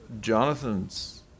Jonathan's